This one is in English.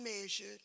measured